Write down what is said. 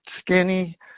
skinny